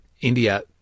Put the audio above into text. India